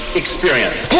experience